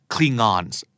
Klingons